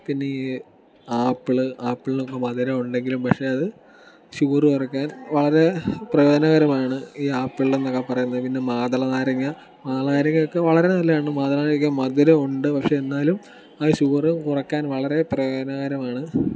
പിന്നെ ഈ ആപ്പിൾ ആപ്പിളിനൊക്കെ മധുരമുണ്ടെങ്കിലും പക്ഷെ അത് ഷുഗർ കുറക്കാൻ വളരെ പ്രയോജനകരമാണ് ഈ ആപ്പിളെന്നൊക്കെ പറയുന്നത് പിന്നെ ഈ മാദളനാരങ്ങ മാദളനാരങ്ങയൊക്കെ വളരെ നല്ലതാണ് മാദളനാരങ്ങക്ക് മധുരം ഉണ്ട് പക്ഷെ എന്നാലും അത് ഷുഗർ കുറക്കാൻ വളരെ പ്രയോജനകരമാണ്